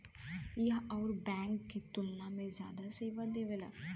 यह अउर बैंक के तुलना में जादा सेवा देवेला